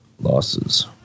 losses